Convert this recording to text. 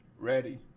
Ready